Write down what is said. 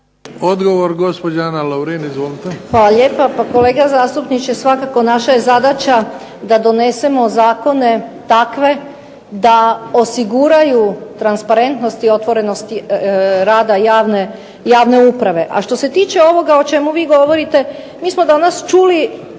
**Lovrin, Ana (HDZ)** Hvala lijepo. Pa kolega zastupniče naša je zadaća da donesemo zakone takve da osiguraju transparentnost i otvorenost rada javne uprave. A što se tiče ovoga o čemu vi govorite mi smo danas čuli